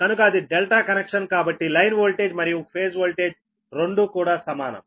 కనుక అది ∆ కనెక్షన్ కాబట్టి లైన్ ఓల్టేజ్ మరియు ఫేజ్ వోల్టేజ్ రెండు సమానం